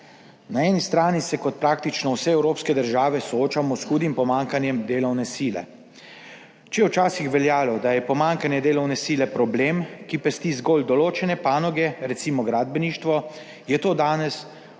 Na eni strani se kot praktično vse evropske države soočamo s hudim pomanjkanjem delovne sile. Če je včasih veljalo, da je pomanjkanje delovne sile problem, ki pesti zgolj določene panoge, recimo gradbeništvo, je to danes